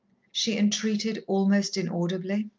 she entreated almost inaudibly.